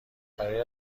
برایت